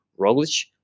Roglic